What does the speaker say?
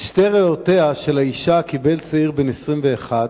את שתי ריאותיה של האשה קיבל צעיר בן 21,